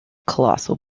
colossal